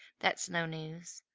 that's no news.